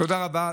תודה רבה.